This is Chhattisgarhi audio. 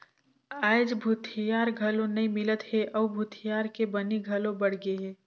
आयज भूथिहार घलो नइ मिलत हे अउ भूथिहार के बनी घलो बड़ गेहे